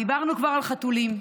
דיברנו כבר על חתולים,